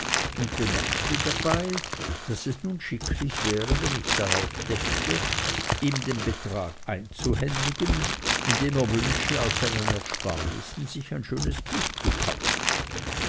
und bemerkte dabei daß es nun schicklich wäre wenn ich darauf dächte ihm den betrag einzuhändigen indem er wünsche aus seinen ersparnissen sich ein schönes buch zu kaufen